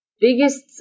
Biggest